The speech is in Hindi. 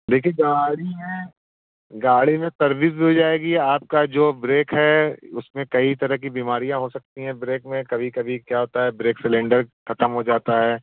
देखिए गाड़ी में गाड़ी में सर्विस भी हो जाएगी आपका जो ब्रेक है उसमें कई तरह की बीमारियाँ हो सकती हैं ब्रेक में कभी कभी क्या होता है ब्रेक सिलेंडर ख़त्म हो जाता है